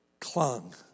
clung